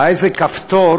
היה איזה כפתור,